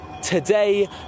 today